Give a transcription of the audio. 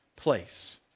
place